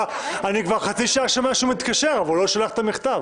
אני כבר חצי שעה שומע שהוא מתקשר אבל הוא לא שולח את המכתב.